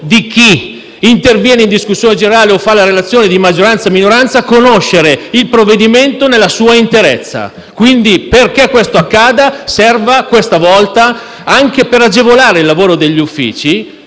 di chi interviene in discussione generale o fa la relazione di maggioranza o di minoranza conoscere il provvedimento nella sua interezza e perché questo accada serve, questa volta, anche per agevolare il lavoro degli uffici,